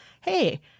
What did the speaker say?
Hey